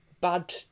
bad